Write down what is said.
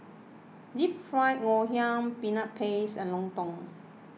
Deep Fried Ngoh Hiang Peanut Paste and Lontong